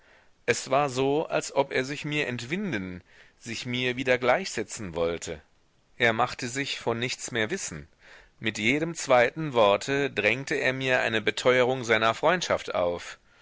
es war so als ob er sich mir entwinden sich mir wieder gleichsetzen wollte er machte sich von nichts mehr wissen mit jedem zweiten worte drängte er mir eine beteuerung seiner freundschaft auf